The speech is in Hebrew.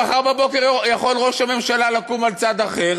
מחר בבוקר יכול ראש הממשלה לקום על צד אחר